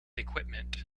equipment